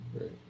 right